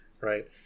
right